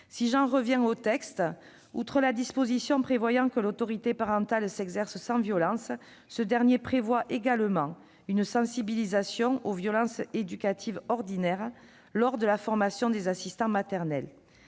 Si j'en reviens au texte, outre la disposition prévoyant que l'autorité parentale s'exerce sans violence, ce dernier prévoit également une sensibilisation aux violences éducatives ordinaires lors de la formation des assistants maternels.